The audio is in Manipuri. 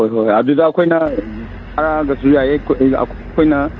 ꯍꯣꯏ ꯍꯣꯏ ꯑꯗꯨꯗ ꯑꯩꯈꯣꯏꯅ ꯊꯥꯔꯛꯑꯒꯁꯨ ꯌꯥꯏꯌꯦ ꯑꯩꯈꯣꯏꯅ